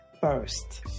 first